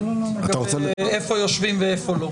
אתה לא חייב להתייחס לכל אמירה.